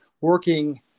working